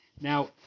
Now